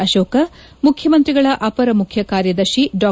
ಅಶೋಕ ಮುಖ್ಯಮಂತ್ರಿಗಳ ಅಪರ ಮುಖ್ಯ ಕಾರ್ಯದರ್ಶಿ ಡಾ